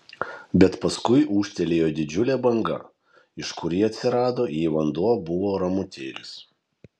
bet paskui ūžtelėjo didžiulė banga iš kur ji atsirado jei vanduo buvo ramutėlis